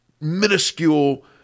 minuscule